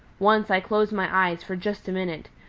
once i closed my eyes for just a minute.